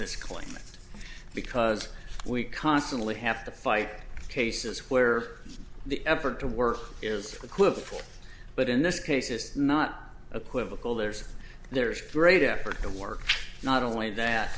this claim because we constantly have to fight cases where the effort to work is a clue for but in this case is not a political there's there's great effort to work not only that